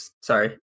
sorry